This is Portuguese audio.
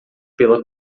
pela